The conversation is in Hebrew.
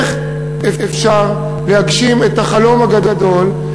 איך אפשר להגשים את החלום הגדול,